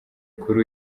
kuri